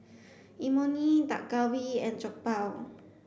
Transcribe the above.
Imoni Dak Galbi and Jokbal